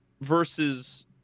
Versus